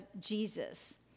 Jesus